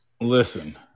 Listen